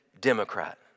Democrat